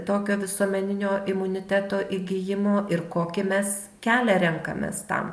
tokio visuomeninio imuniteto įgijimo ir kokį mes kelią renkamės tam